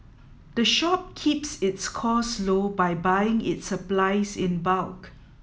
the shop keeps its costs low by buying its supplies in bulk